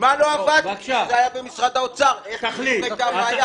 מה לא עבד כשזה היה במשרד האוצר אם היתה ועדה?